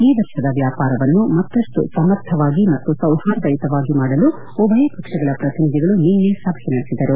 ಈ ವರ್ಷದ ವ್ಯಾಪಾರವನ್ನು ಮತ್ತಷ್ಟು ಸಮರ್ಥವಾಗಿ ಮತ್ತು ಸೌಹಾರ್ದಯುತವಾಗಿ ಮಾಡಲು ಉಭಯ ಪಕ್ಷಗಳ ಪ್ರತಿನಿಧಿಗಳು ನಿನ್ನೆ ಸಭೆ ನಡೆಸಿದರು